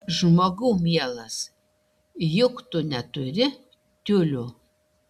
žmogau mielas juk tu neturi tiulių